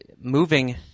moving